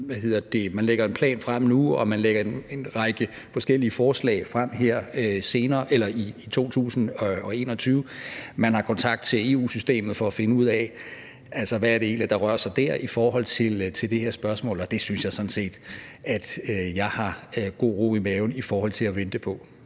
man lægger en plan frem nu, og at man lægger en række forskellige forslag frem her i 2021. Man har kontakt til EU-systemet for at finde ud af, hvad det egentlig er, der rører sig dér i forhold til det her spørgsmål, og det synes jeg sådan set jeg har god ro i maven i forhold til at vente på.